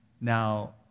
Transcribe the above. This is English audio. now